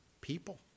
people